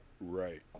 Right